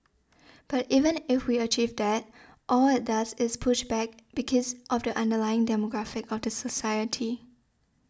but even if we achieve that all it does is push back because of the underlying demographic of the society